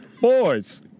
Boys